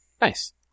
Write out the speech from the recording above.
Nice